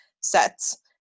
sets